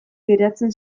geratzen